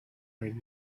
right